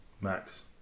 Max